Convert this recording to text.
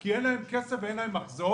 כי אין להם כסף ואין להם מחזור,